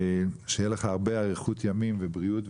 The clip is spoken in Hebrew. שיהיה לך הרבה אריכות ימים ובריאות,